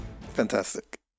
Fantastic